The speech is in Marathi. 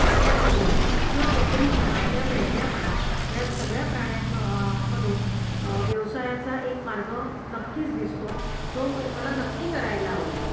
प्राण्यांमधून किंवा बकरी म्हणा किंवा मेंढ्या म्हणा या सगळ्या प्राण्यां म मधून व्यवसायाचा एक मार्ग नक्कीच दिसतो जो मला नक्की करायला आवडेल